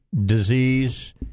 disease